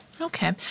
Okay